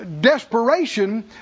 desperation